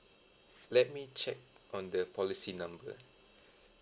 let me check on the policy number